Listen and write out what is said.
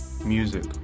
music